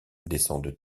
descendent